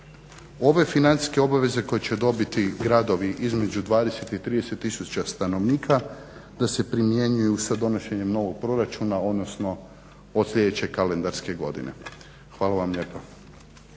ove financijske obveze koje će dobiti gradovi između 20 i 30 tisuća stanovnika da se primjenjuju sa donošenjem novog proračuna odnosno od sljedeće kalendarske godine. Hvala vam lijepa.